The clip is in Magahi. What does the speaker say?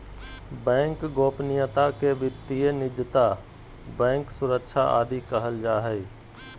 बैंक गोपनीयता के वित्तीय निजता, बैंक सुरक्षा आदि कहल जा हइ